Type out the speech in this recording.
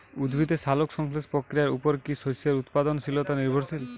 উদ্ভিদের সালোক সংশ্লেষ প্রক্রিয়ার উপর কী শস্যের উৎপাদনশীলতা নির্ভরশীল?